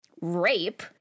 rape